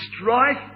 Strife